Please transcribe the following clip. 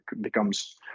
becomes